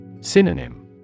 Synonym